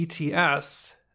ETS